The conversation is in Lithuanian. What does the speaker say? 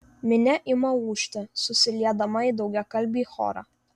minia ima ūžti susiliedama į daugiakalbį chorą